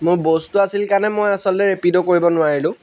মোৰ বস্তু আছিল কাৰণে মই আচলতে ৰেপিডো কৰিব নোৱাৰিলোঁ